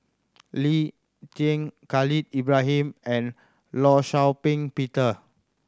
Lee Tjin Khalil Ibrahim and Law Shau Ping Peter